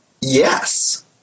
Yes